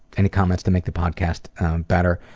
any comments to make the podcast better,